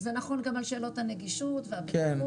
זה נכון גם על שאלות הנגישות והבטיחות,